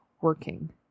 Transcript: working